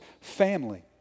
family